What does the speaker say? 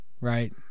Right